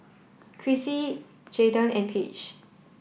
Krissy Jaydon and Page